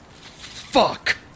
fuck